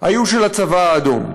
היה על הצבא האדום,